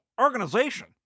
organization